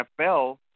NFL